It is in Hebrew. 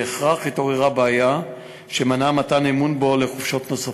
בהכרח התעוררה בעיה שמנעה מתן אמון בו לחופשות נוספות.